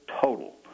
total